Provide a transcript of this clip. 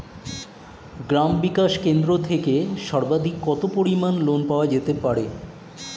গ্রাম বিকাশ কেন্দ্র থেকে সর্বাধিক কত পরিমান লোন পাওয়া যেতে পারে?